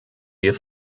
wir